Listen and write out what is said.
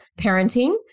parenting